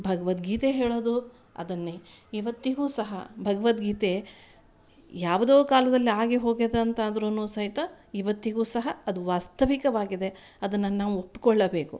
ಭಗವದ್ಗೀತೆ ಹೇಳೋದು ಅದನ್ನೇ ಇವತ್ತಿಗು ಸಹ ಭಗವದ್ಗೀತೆ ಯಾವುದೋ ಕಾಲದಲ್ಲಿ ಆಗಿ ಹೋಗಿದಂತಾದ್ರು ಸಹಿತ ಇವತ್ತಿಗು ಸಹ ಅದು ವಾಸ್ತವಿಕವಾಗಿದೆ ಅದನ್ನು ನಾವು ಒಪ್ಪಿಕೊಳ್ಳಬೇಕು